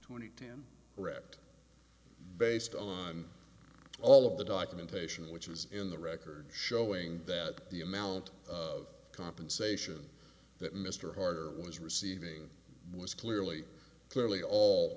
twenty ten red based on all of the documentation which is in the record showing that the amount of compensation that mr harper was receiving was clearly clearly all